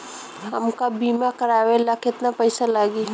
हमका बीमा करावे ला केतना पईसा लागी?